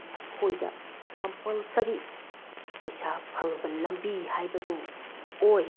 ꯑꯩꯈꯣꯏꯗ ꯀꯝꯄꯜꯁꯔꯤ ꯄꯩꯁꯥ ꯐꯪꯕ ꯂꯝꯕꯤ ꯍꯥꯏꯕꯗꯨ ꯑꯣꯏ